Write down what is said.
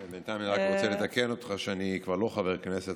בינתיים אני רק רוצה לתקן אותך שאני כבר לא חבר כנסת,